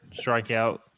strikeout